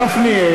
חבר הכנסת גפני,